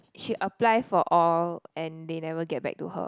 she apply for all and they never get back to her